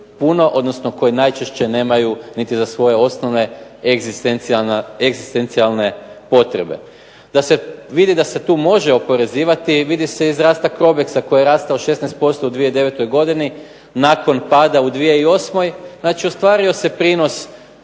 odnosno koji najčešće nemaju niti za svoje osnovne egzistencijalne potrebe. Da se vidi da se tu može oporezivati vidi se iz rasta Crobexa koji je rastao 16% u 2009. godine, nakon pada u 2008., znači ostvario se prinos